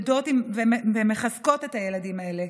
שמתמודדות ומחזקות את הילדים האלה.